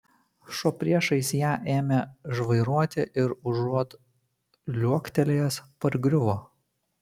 šuo priešais ją ėmė žvairuoti ir užuot liuoktelėjęs pargriuvo